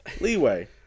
leeway